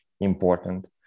important